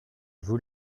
vous